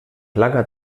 langer